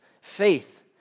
faith